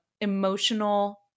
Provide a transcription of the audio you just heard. emotional